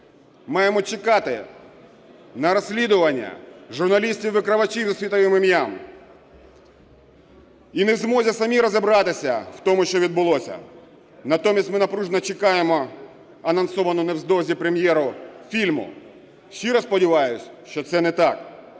маємо чекати на розслідування журналістів-викривачів із світовим ім'ям і не в змозі самі розібратися в тому, що відбулося? Натомість ми напружено чекаємо анонсовану невдовзі прем'єру фільму. Щиро сподіваюся, що це не так.